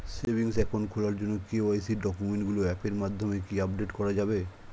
Savings account খোলার জন্য KYC ডকুমেন্টগুলো অ্যাপের মাধ্যমে কি আপডেট করা যাবে?